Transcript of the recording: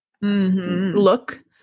look